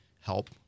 help